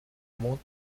mond